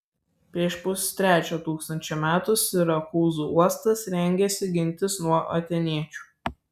prieš pustrečio tūkstančio metų sirakūzų uostas rengėsi gintis nuo atėniečių